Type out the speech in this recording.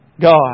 God